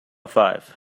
five